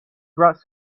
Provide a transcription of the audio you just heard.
brought